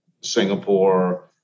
Singapore